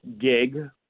gig